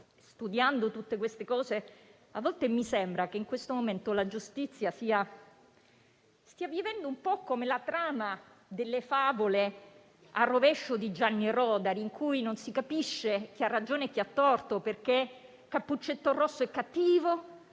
studiando tutte queste cose, a volte mi sembra che in questo momento la giustizia stia vivendo un po' come la trama delle favole di Gianni Rodari al rovescio, in cui non si capisce chi ha ragione e chi ha torto: Cappuccetto rosso è cattivo,